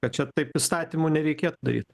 kad čia taip įstatymu nereikėtų daryt